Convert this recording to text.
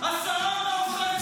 --- השרה המעופפת.